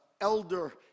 elder